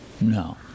No